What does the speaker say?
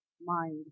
mind